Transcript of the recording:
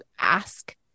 ask